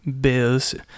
biz